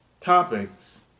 topics